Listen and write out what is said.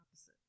opposite